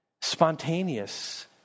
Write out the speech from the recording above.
spontaneous